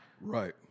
Right